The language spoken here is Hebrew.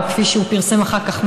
או כפי שפרסם אחר כך,